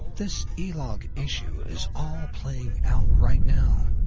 this e-log issue is all playing out right now,